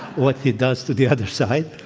what he does to the other side.